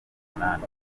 munani